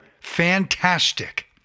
fantastic